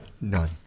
None